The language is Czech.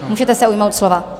Můžete se ujmout slova.